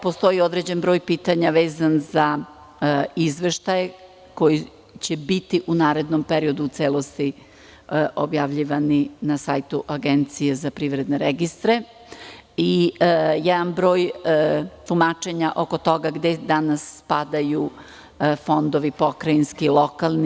Postoji određeni broj pitanja vezan za izveštaje koji će biti u narednom periodu u celosti objavljivani na sajtu Agencije za privredne registre i jedan broj tumačenja oko toga gde danas spadaju fondovi, pokrajinski, lokalni?